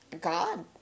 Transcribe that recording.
God